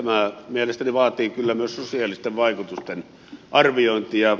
tämä mielestäni vaatii kyllä myös sosiaalisten vaikutusten arviointia